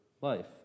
life